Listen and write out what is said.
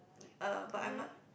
uh but I m~